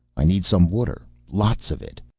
i need some water, lots of it.